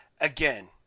Again